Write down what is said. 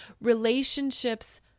relationships